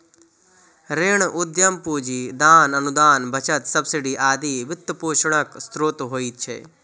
ऋण, उद्यम पूंजी, दान, अनुदान, बचत, सब्सिडी आदि वित्तपोषणक स्रोत होइ छै